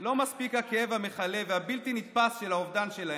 לא מספיק הכאב המכלה והבלתי-נתפס של האובדן שלהן,